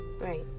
Right